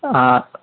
ആ